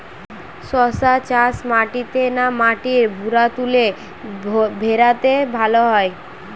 শশা চাষ মাটিতে না মাটির ভুরাতুলে ভেরাতে ভালো হয়?